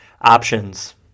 Options